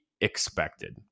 expected